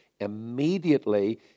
Immediately